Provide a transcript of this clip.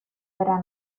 verá